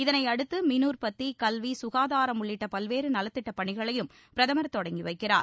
இதனையடுத்து மின் உற்பத்தி கல்வி சுகாதாரம் உள்ளிட்ட பல்வேறு நலத்திட்டப் பணிகளையும் பிரதமர் தொடங்கி வைக்கிறார்